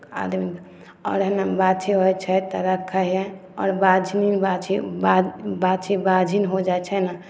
आदमी आओर हइ ने बाछी होइ छै तऽ रक्खै हइ आओर बाँझिन बाछी बाछी बाँझिन हो जाइ छै ने